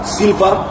silver